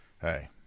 hey